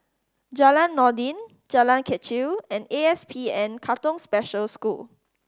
Jalan Noordin Jalan Kechil and ASPN Katong Special School